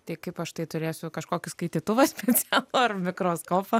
tai kaip aš tai turėsiu kažkokį skaitytuvą specialų ar mikroskopą